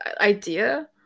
idea